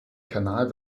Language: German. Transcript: kanal